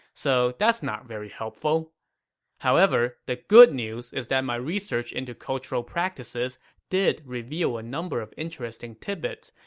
so that's not very helpful however, the good news is that my research into cultural practices did reveal a number of interesting tidbits,